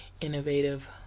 innovative